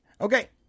Okay